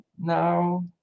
now